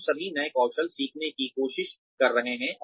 हम सभी नए कौशल सीखने की कोशिश कर रहे हैं